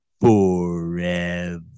forever